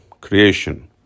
Creation